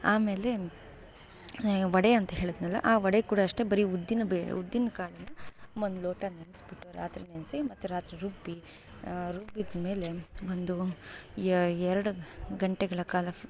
ಆಮೇಲೆ ವಡೆ ಅಂತ ಹೇಳಿದೆನಲ್ಲ ಆ ವಡೆ ಕೂಡ ಅಷ್ಟೇ ಬರೀ ಉದ್ದಿನಬೇಳೆ ಉದ್ದಿನಕಾಳನ್ನು ಒಂದು ಲೋಟ ನೆನ್ಸ್ಬಿಟ್ಟು ರಾತ್ರಿ ನೆನೆಸಿ ಮತ್ತೆ ರಾತ್ರಿ ರುಬ್ಬಿ ರುಬ್ಬಿದಮೇಲೆ ಒಂದು ಎರಡು ಗಂಟೆಗಳ ಕಾಲ ಫ್